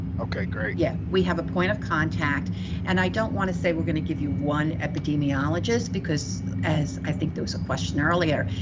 okay, great. yeah, we have a point of contact and i don't want to say we're gonna give you one epidemiologist because as i think there was a question earlier,